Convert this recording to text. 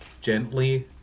gently